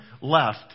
left